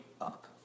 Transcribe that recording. up